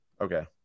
okay